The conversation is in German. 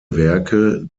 werke